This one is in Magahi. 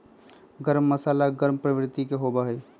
गर्म मसाला गर्म प्रवृत्ति के होबा हई